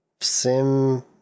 sim